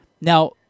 Now